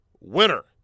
winner